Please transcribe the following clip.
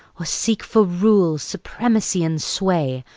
or seek for rule, supremacy, and sway,